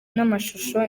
n’amashusho